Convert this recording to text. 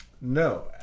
No